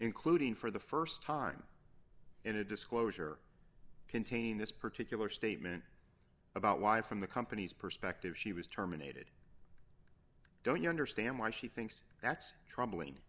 including for the st time in a disclosure contain this particular statement about why from the company's perspective she was terminated don't you understand why she thinks that's troubling